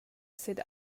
sit